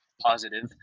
positive